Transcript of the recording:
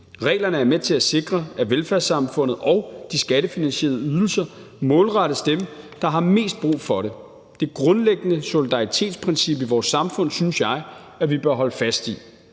Reglerne er med til at sikre, at velfærdssamfundet og de skattefinansierede ydelser målrettes dem, der har mest brug for det. Det grundlæggende solidaritetsprincip i vores samfund synes jeg vi bør holde fast i.